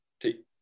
take